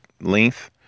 length